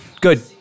good